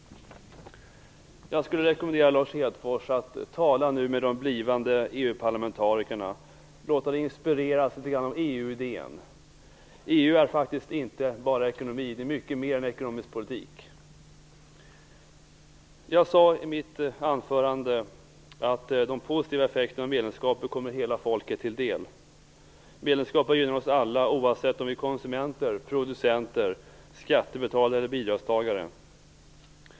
Jag skulle vilja rekommendera Lars Hedfors att tala med de blivande EU-parlamentarikerna och låta sig inspireras av EU-idén. EU handlar faktiskt inte bara om ekonomisk politik. Det handlar om mycket mer. I mitt anförande sade jag att de positiva effekterna av ett medlemskap kommer hela folket till del. Medlemskapet gynnar oss alla, oavsett om vi är konsumenter, producenter, skattebetalare eller bidragstagare.